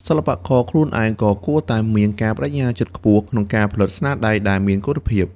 សិល្បករខ្លួនឯងក៏គួរតែមានការប្តេជ្ញាចិត្តខ្ពស់ក្នុងការផលិតស្នាដៃដែលមានគុណភាព។